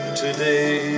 today